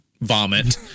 vomit